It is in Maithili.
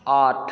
आठ